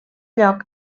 lloc